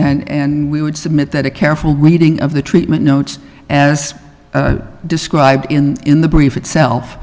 all and we would submit that a careful reading of the treatment notes as described in the brief itself